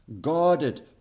guarded